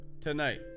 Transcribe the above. tonight